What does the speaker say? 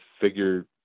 figure